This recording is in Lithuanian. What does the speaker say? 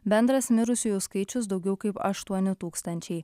bendras mirusiųjų skaičius daugiau kaip aštuoni tūkstančiai